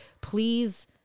please